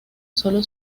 sólo